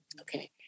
Okay